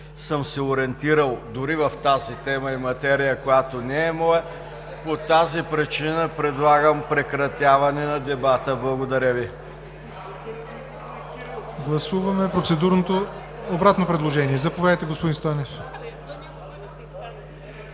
съм се ориентирал дори в тази тема и материя, която не е моя. По тази причина предлагам прекратяване на дебата. Благодаря Ви.